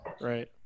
Right